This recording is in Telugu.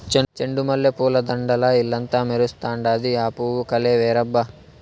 చెండు మల్లె పూల దండల్ల ఇల్లంతా మెరుస్తండాది, ఆ పూవు కలే వేరబ్బా